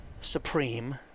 supreme